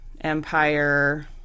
Empire